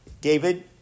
David